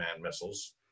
missiles